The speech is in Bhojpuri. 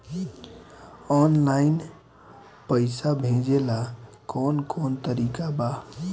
आनलाइन पइसा भेजेला कवन कवन तरीका बा?